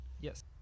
Yes